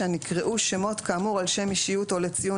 לועזית זה כל שפה, זה רוסית, זה סינית.